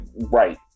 right